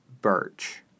Birch